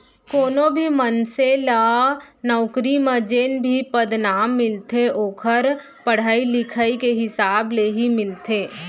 कोनो भी मनसे ल नउकरी म जेन भी पदनाम मिलथे ओखर पड़हई लिखई के हिसाब ले ही मिलथे